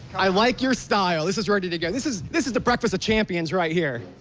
i like your style. this is ready to go. this is this is the breakfast of champions right here.